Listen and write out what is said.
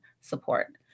support